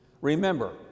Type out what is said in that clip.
Remember